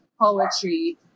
poetry